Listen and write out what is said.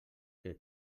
que